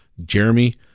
Jeremy